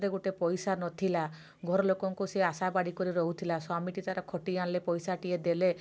ହାତରେ ଗୋଟେ ପଇସା ନଥିଲା ଘର ଲୋକଙ୍କୁ ସେ ଆଶା ବାଡ଼ି କରି ରହୁଥିଲା ସ୍ବାମୀଟି ତାର ଖଟି ଆଣିଲେ ପଇସାଟିଏ ଦେଲେ